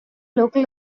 local